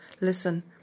listen